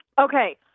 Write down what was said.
okay